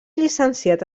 llicenciat